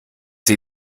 sie